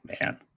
Man